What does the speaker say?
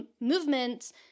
movements